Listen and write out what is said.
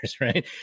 right